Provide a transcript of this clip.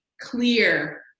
clear